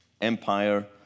Empire